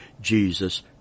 Jesus